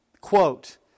Quote